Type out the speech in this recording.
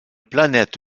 planète